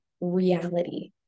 reality